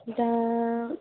दा